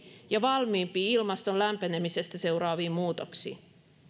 ja valmiimpi ilmaston lämpenemisestä seuraaviin muutoksiin